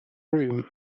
room